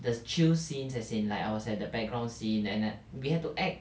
there's chill scenes as in like I was at the background scene and and we have to act